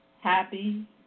happy